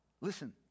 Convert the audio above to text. listen